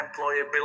Employability